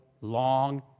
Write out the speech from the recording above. long